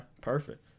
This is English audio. Perfect